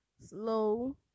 Slow